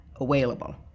available